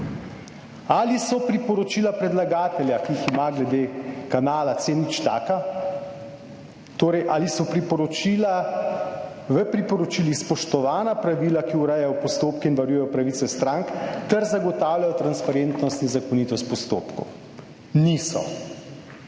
Ali so priporočila predlagatelja, ki jih ima glede kanala C0 taka, torej ali so priporočila v priporočilih spoštovana pravila, ki urejajo postopke in varujejo pravice strank ter zagotavljajo transparentnost in zakonitost postopkov? Niso.